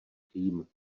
tým